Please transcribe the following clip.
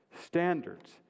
standards